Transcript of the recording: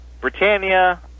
Britannia